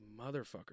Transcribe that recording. motherfucker